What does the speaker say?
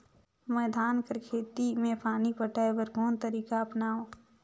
मैं धान कर खेती म पानी पटाय बर कोन तरीका अपनावो?